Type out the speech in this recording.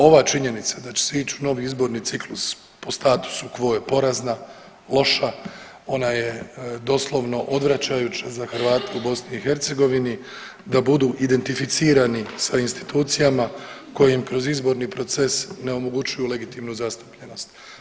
Ova činjenica da će se ići u novi izborni ciklus po statusu quo je porazna, loša, ona je doslovno odvračajuća za Hrvate i BiH da budu identificirani sa institucijama koje im kroz izborni proces ne omogućuju legitimno zastupljenost.